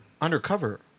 undercover